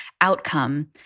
outcome